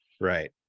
Right